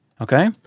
okay